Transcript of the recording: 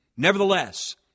Nevertheless